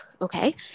okay